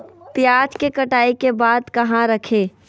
प्याज के कटाई के बाद कहा रखें?